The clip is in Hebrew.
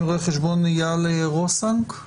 ורואה חשבון אייל רוסנק.